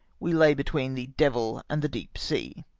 we lay between the devil and the deep sea.